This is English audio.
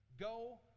Go